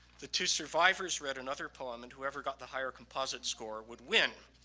the two survivors read another poem and whoever got the higher composite score would win.